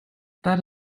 that